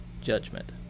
judgment